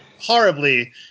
horribly